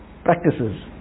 practices